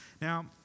Now